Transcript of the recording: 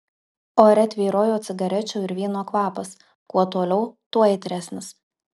ore tvyrojo cigarečių ir vyno kvapas kuo toliau tuo aitresnis